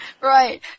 right